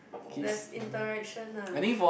there's interaction ah